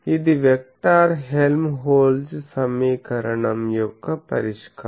ఇది vector Helmholtz సమీకరణం యొక్క పరిష్కారం